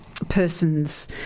Person's